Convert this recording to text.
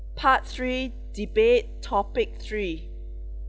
part three debate topic three